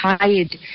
tired